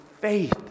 faith